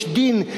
"יש דין",